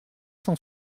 cent